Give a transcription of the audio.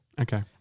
Okay